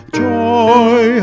joy